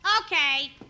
Okay